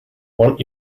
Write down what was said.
want